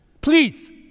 please